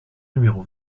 numéro